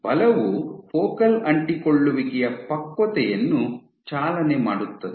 ಬಲವು ಫೋಕಲ್ ಅಂಟಿಕೊಳ್ಳುವಿಕೆಯ ಪಕ್ವತೆಯನ್ನು ಚಾಲನೆ ಮಾಡುತ್ತದೆ